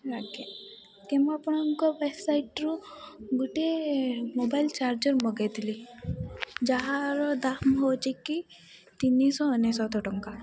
ଆଜ୍ଞା ଆଜ୍ଞା ମୁଁ ଆପଣଙ୍କ ୱେବ୍ସାଇଟ୍ରୁ ଗୋଟେ ମୋବାଇଲ୍ ଚାର୍ଜର ମଗାଇଥିଲି ଯାହାର ଦାମ୍ ହେଉଛି କି ତିନିଶହ ଅନେଶତ ଟଙ୍କା